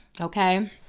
okay